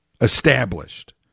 established